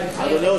מהאופוזיציה.